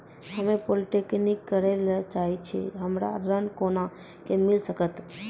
हम्मे पॉलीटेक्निक करे ला चाहे छी हमरा ऋण कोना के मिल सकत?